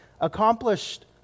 accomplished